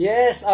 Yes